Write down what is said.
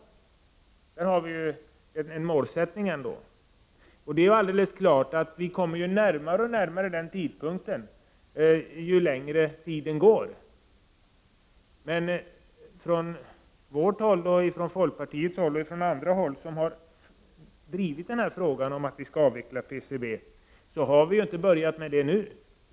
På det området har vi ändå en målsättning. Vi kommer närmare och närmare tidpunkten i den målsättningen ju längre tiden går. Men vi som från centern, från folkpartiet och från andra håll har drivit den här frågan om avveckling av PCB har ju inte börjat med det nu.